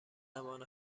زبان